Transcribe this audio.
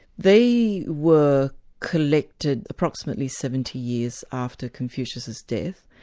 they were collected approximately seventy years after confucius' death,